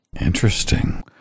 interesting